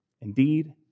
indeed